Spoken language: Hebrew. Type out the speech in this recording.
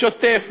שוטף,